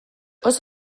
oso